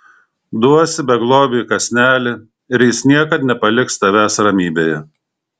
duosi beglobiui kąsnelį ir jis niekad nepaliks tavęs ramybėje